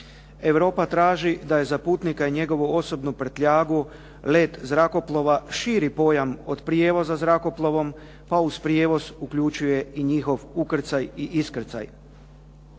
Europa traži da je za putnika i njegovu osobnu prtljagu let zrakoplova širi pojam od prijevoza zrakoplovom pa uz prijevoz uključuje i njihov ukrcaj i iskrcaj.